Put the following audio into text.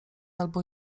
albo